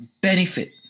benefit